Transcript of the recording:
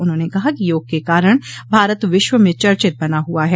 उन्होंने कहा कि योग के कारण भारत विश्व में चर्चित बना हुआ है